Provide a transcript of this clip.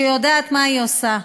שיודעת מה היא עושה.